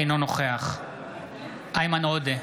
אינו נוכח איימן עודה,